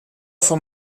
von